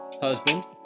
husband